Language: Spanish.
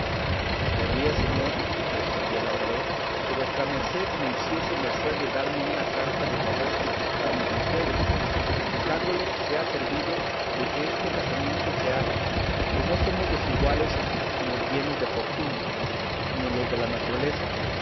querría señor respondió el labrador que vuestra merced me hiciese merced de darme una carta de favor para mi consuegro suplicándole sea servido de que este casamiento se haga pues no somos desiguales en los bienes de fortuna ni en los de la naturaleza